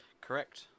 Correct